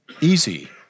Easy